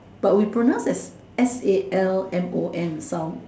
but we pronounce as Salmon Sal